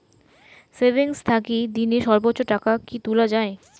Savings থাকি দিনে সর্বোচ্চ টাকা কি তুলা য়ায়?